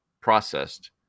processed